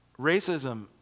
Racism